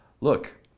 look